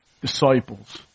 disciples